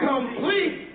Complete